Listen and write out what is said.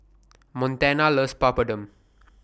Montana loves Papadum